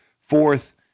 fourth